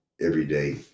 everyday